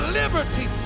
liberty